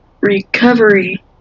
recovery